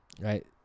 right